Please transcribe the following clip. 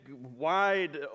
wide